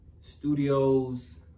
Studios